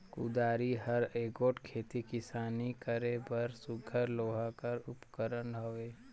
कुदारी हर एगोट खेती किसानी करे बर सुग्घर लोहा कर उपकरन हवे